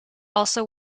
also